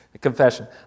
Confession